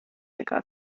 nekā